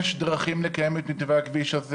יש דרכים לקיים את מתווה הכביש הזה